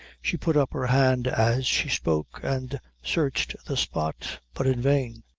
she put up her hand as she spoke, and searched the spot but in vain.